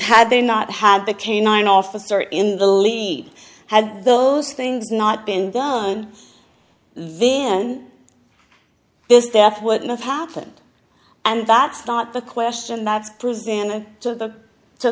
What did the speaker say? had they not had the canine officer in the lead had those things not been done then this death wouldn't have happened and that's not the question that's presented to